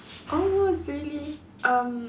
almost really um